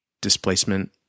displacement